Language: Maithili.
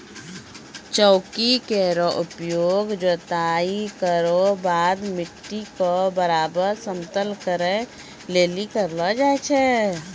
चौकी केरो उपयोग जोताई केरो बाद मिट्टी क बराबर समतल करै लेलि करलो जाय छै